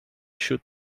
shoot